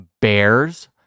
bears